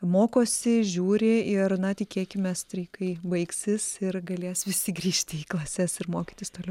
mokosi žiūri ir na tikėkimės streikai baigsis ir galės visi grįžti į klases ir mokytis toliau